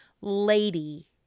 lady